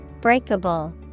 breakable